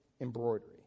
embroidery